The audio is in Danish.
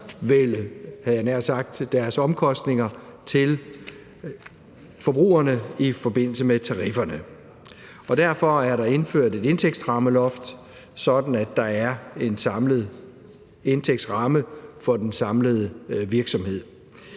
deres omkostninger til forbrugerne i forbindelse med tarifferne. Derfor er der indført et indtægtsrammeloft, sådan at der er en samlet indtægtsramme for den samlede virksomhed.